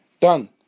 Done